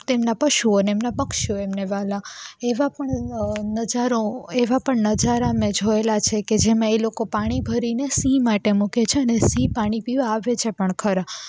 તેમનાં પશુઓ ને એમનાં પક્ષીઓ એમને વ્હાલાં એવા પણ નજારો એવા પણ નજારા મેં જોયેલા છે કે જેમાં એ લોકો પાણી ભરીને સિંહ માટે મૂકે છે અને સિંહ પાણી પીવા આવે છે પણ ખરા